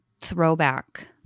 throwback